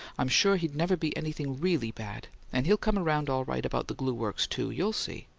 i'm sure he'd never be anything really bad and he'll come around all right about the glue-works, too you'll see.